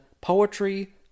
poetry